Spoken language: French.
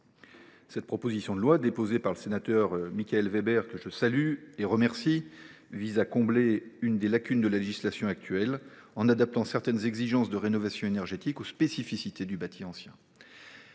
Cette proposition de loi, déposée par le sénateur Michaël Weber, que je salue et remercie, vise à combler l’une des lacunes de la législation actuelle en adaptant certaines exigences de rénovation énergétique aux spécificités du bâti ancien.